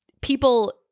people –